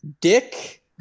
Dick